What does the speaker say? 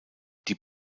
die